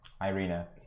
Irina